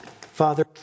Father